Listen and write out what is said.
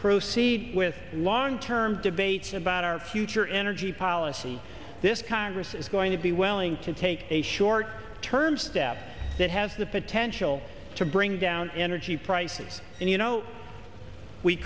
proceed with long term debates about our future energy policy this congress is going to be willing to take a short term step that has the potential to bring down energy prices and you know we